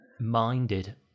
minded